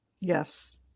Yes